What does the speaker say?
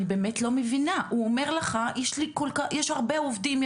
הוא אומר לך יש הרבה עובדים,